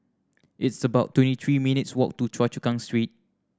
it's about twenty three minutes' walk to Choa Chu Kang Street